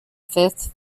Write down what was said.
fifth